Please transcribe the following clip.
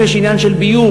אם יש עניין של ביוב,